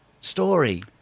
story